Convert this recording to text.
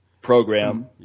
program